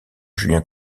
julien